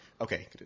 okay